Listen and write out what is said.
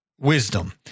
wisdom